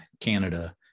canada